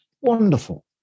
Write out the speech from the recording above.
Wonderful